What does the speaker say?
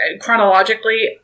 chronologically